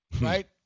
right